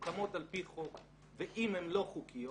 מוקמות על פי חוק ואם הן לא חוקיות,